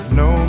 no